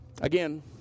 again